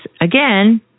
again